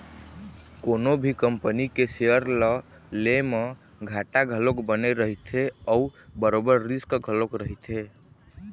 कोनो भी कंपनी के सेयर ल ले म घाटा घलोक बने रहिथे अउ बरोबर रिस्क घलोक रहिथे